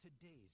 today's